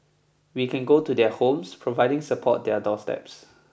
we can go to their homes providing support their doorsteps